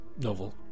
novel